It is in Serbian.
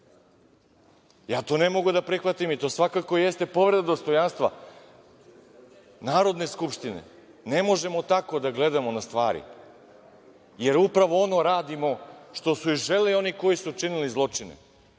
Ja to ne mogu da prihvatim i to svakako jeste povreda dostojanstva Narodne skupštine. Ne možemo tako da gledamo na stvari, jer upravo ono radimo što su i želeli oni koji su činili zločine,